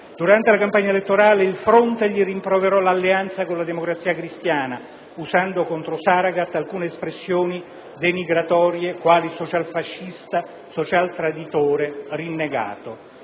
Durante la campagna elettorale il Fronte gli rimproverò l'alleanza con la Democrazia cristiana, usando contro Saragat alcune espressioni denigratorie, quali socialfascista, socialtraditore, rinnegato.